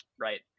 Right